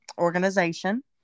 organization